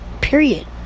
period